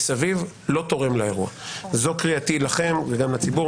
לא זמן דיבור שלך.